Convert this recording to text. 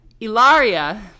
Ilaria